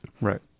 Right